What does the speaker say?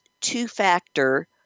two-factor